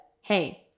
hey